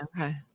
Okay